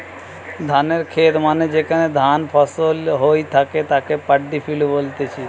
ধানের খেত মানে যেখানে ধান ফসল হই থাকে তাকে পাড্ডি ফিল্ড বলতিছে